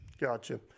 gotcha